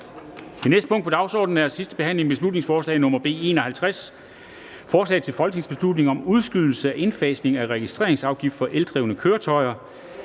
Det næste punkt på dagsordenen er: 5) 2. (sidste) behandling af beslutningsforslag nr. B 51: Forslag til folketingsbeslutning om udskydelse af indfasning af registreringsafgift for eldrevne køretøjer.